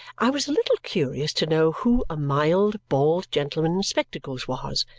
i was a little curious to know who a mild bald gentleman in spectacles was,